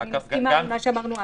אני מסכימה עם מה שאמרנו אז.